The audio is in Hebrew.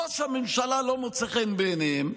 ראש הממשלה לא מוצא חן בעיניהם,